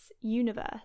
Universe